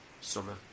summer